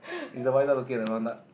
is the white duck looking at the brown duck